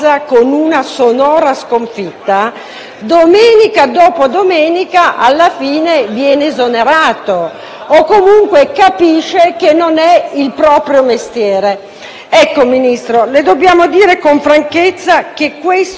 sonora sconfitta, alla fine viene esonerato o, comunque, capisce che non è il proprio mestiere. Ecco, signor Ministro, le dobbiamo dire con franchezza che questo non è il suo mestiere.